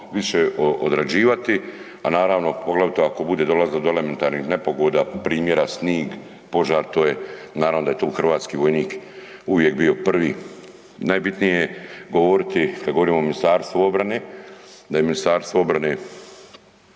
više odrađivati. A naravno poglavito ako bude dolazilo do elementarnih nepogoda primjera snijeg, požar naravno da je tu hrvatski vojnik uvijek bio prvi. Najbitnije je govoriti kada govorimo o Ministarstvu obrane da je Ministarstvo obrane